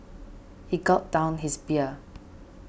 he gulped down his beer